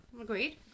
Agreed